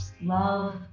Love